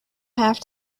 have